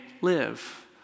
live